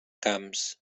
camps